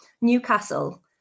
Newcastle